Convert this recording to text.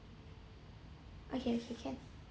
okay okay can